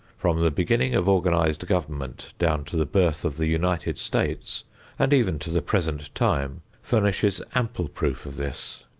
from the beginning of organized government down to the birth of the united states and even to the present time, furnishes ample proof of this.